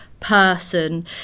person